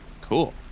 cool